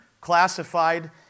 classified